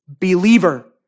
Believer